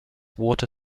water